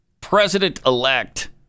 President-elect